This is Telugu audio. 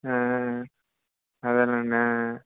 అదే అండి